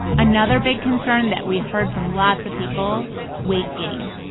another big concern that we heard from lots of people weight gain.